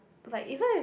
like even if